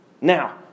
Now